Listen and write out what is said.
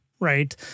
Right